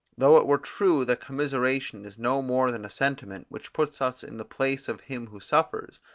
though it were true that commiseration is no more than a sentiment, which puts us in the place of him who suffers,